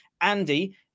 Andy